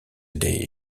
des